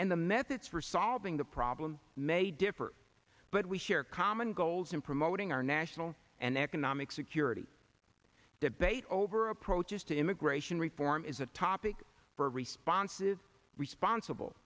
and the methods for solving the problem may differ but we share common goals in promoting our national and economic security debate over approaches to immigration reform is a topic for responsive responsible